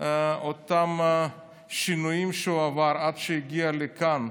את אותם שינויים שהוא עבר עד שהגיע לכאן,